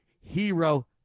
hero